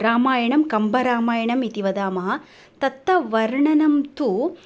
रामायणं कम्बरामायणम् इति वदामः तत्र वर्णनं तु